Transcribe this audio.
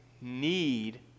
need